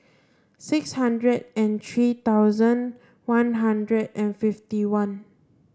six hundred and three thousand one hundred and fifty one